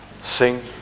sing